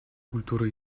культура